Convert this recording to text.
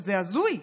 זה הזוי.